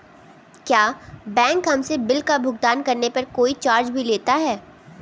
क्या बैंक हमसे बिल का भुगतान करने पर कोई चार्ज भी लेता है?